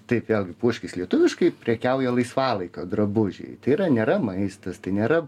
taip vėlgi puoškis lietuviškai prekiauja laisvalaikio drabužiai tai yra nėra maistas tai nėra